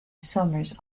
somers